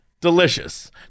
Delicious